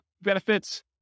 benefits